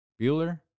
Bueller